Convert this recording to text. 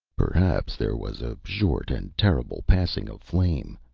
perhaps there was a short and terrible passing of flame.